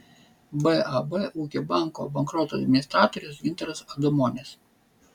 bab ūkio banko bankroto administratorius gintaras adomonis